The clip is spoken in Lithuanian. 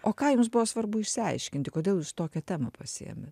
o ką jums buvo svarbu išsiaiškinti kodėl jūs tokią temą pasiėmėt